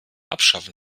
abschaffen